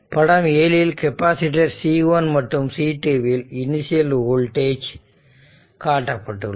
படம் 7 இல் capacitor C1 மற்றும் C2 வில் இனிஷியல் வோல்டேஜ் காட்டப்பட்டுள்ளது